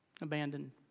Abandoned